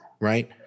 right